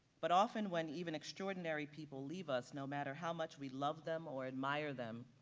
but often when even extraordinary people leave us, no matter how much we love them or admire them,